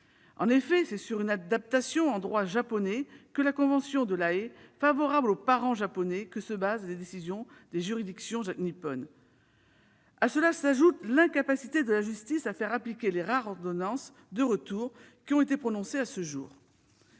En effet, c'est sur une adaptation en droit japonais de la convention de La Haye, favorable aux parents japonais, que se fondent les décisions des juridictions nippones. À cela s'ajoute l'incapacité de la justice à faire appliquer les rares ordonnances de retour qui ont été prononcées à ce jour.